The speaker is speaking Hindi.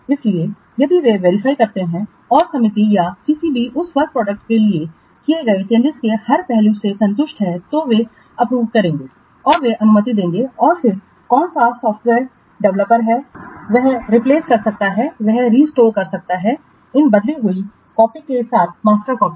इसलिए यदि वे वेरीफाई करते हैं और समिति या CCB उस वर्क प्रोडक्टस में किए गए चेंजिंसों के हर पहलू से संतुष्ट हैं तो वे अप्रूव करेंगे और वे अनुमति देंगे और फिर कौन सा सॉफ़्टवेयर डेवलपर वह रिप्लेस कर सकता है वह रिस्टोर कर सकता है इन बदली हुई कॉपी के साथ मास्टर कॉपी